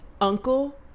uncle